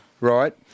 right